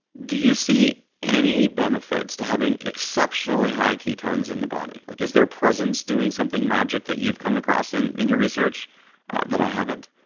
do you see any benefits to having exceptionally high ketones in the body? like is their presence doing something magic that you've come across in in your research that i haven't?